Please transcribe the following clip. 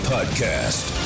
Podcast